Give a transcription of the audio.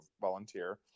volunteer